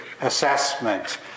assessment